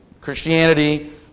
Christianity